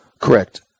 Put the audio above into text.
Correct